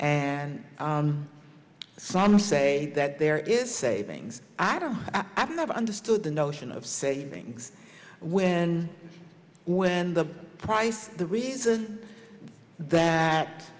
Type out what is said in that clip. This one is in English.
and some say that there is savings i don't i've never understood the notion of savings when when the price of the real that